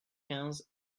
quinze